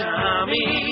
Tommy